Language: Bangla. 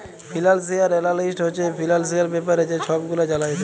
ফিলালশিয়াল এলালিস্ট হছে ফিলালশিয়াল ব্যাপারে যে ছব গুলা জালায় দেই